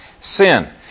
sin